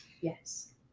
Yes